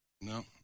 No